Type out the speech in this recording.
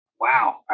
wow